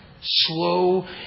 Slow